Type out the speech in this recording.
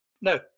No